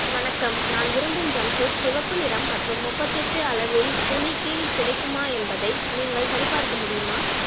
வணக்கம் நான் விரும்பும் ஜம்ப்சூட் சிவப்பு நிறம் மற்றும் முப்பத்தி எட்டு அளவில் ஹூனிக்கில் கிடைக்குமா என்பதை நீங்கள் சரிபார்க்க முடியுமா